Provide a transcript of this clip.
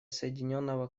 соединенного